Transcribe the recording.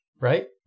Right